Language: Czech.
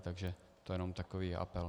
Takže to jen takový apel.